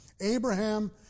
Abraham